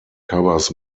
covers